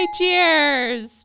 Cheers